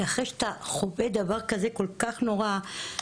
כי אחרי שאתה חווה דבר כל כך נורא שכזה,